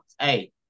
Hey